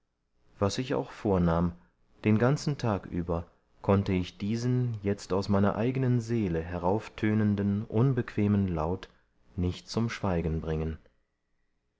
was ich auch vornahm den ganzen tag über konnte ich diesen jetzt aus meiner eigenen seele herauftönenden unbequemen laut nicht zum schweigen bringen